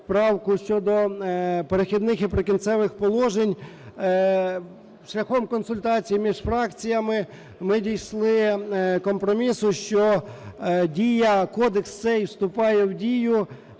щодо "Перехідних і прикінцевих положень". Шляхом консультацій між фракціями ми дійшли компромісу, що дія, Кодекс цей вступає в дію